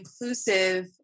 inclusive